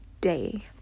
day